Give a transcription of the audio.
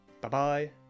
Bye-bye